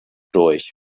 durch